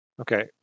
Okay